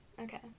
Okay